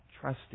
trusting